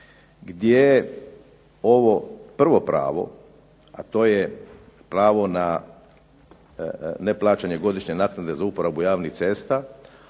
gdje ovo prvo pravo a to je pravo na neplaćanje godišnje naknade za uporabu javnih cesta